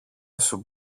σου